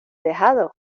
dejado